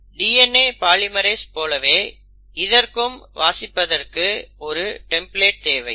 DNA polymerase போலவே இதற்கும் வாசிப்பதற்க்கு ஒரு டெம்ப்ளேட் தேவை